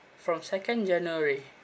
from second january